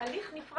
סיים את ההליך.